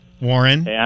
Warren